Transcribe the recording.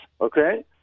okay